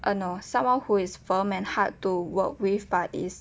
uh no someone who is firm and hard to work with but is